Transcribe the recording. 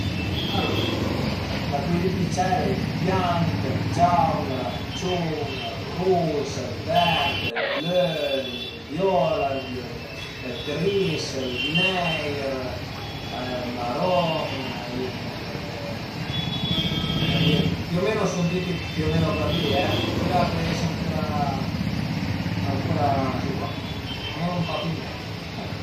Alura da cuei li pi cieir a ie ël bianch, ël giaun, l'aranciun, ël rus, ël vert, ël blö, ël viola, ël gris, ël neir, ël maron, a ie più o meno a sun tüti për li, a i pö esi ancura ancura sai pa, a më ven-u pa pi ën ment